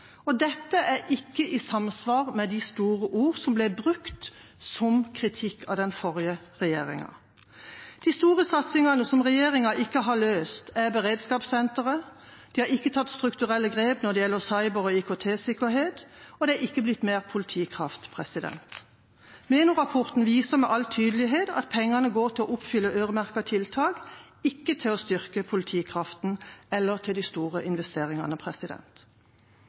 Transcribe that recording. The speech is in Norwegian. og dette er ikke i samsvar med de store ordene som ble brukt som kritikk av den forrige regjeringa. De store satsingene som regjeringa ikke har løst, er beredskapssenteret, de har ikke tatt strukturelle grep når det gjelder cyber- og IKT-sikkerhet, og det er ikke blitt mer politikraft. Menon-rapporten viser med all tydelighet at pengene går til å oppfylle øremerkede tiltak, ikke til å styrke politikraften eller til de store investeringene.